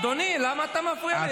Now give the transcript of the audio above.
אדוני, למה אתה מפריע לי?